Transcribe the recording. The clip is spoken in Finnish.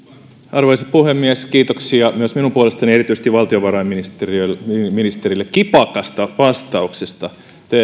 arvoisa puhemies kiitoksia myös minun puolestani erityisesti valtiovarainministerille kipakasta vastauksesta